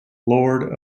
lord